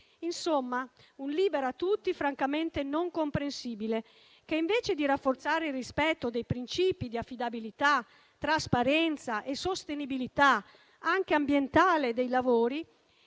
Insomma, un "libera tutti" francamente non comprensibile che, invece di rafforzare il rispetto dei principi di affidabilità, trasparenza e sostenibilità, anche ambientale, dei lavori,